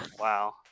wow